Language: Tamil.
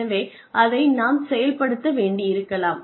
எனவே அதை நாம் செயல்படுத்த வேண்டியிருக்கலாம்